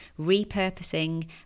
repurposing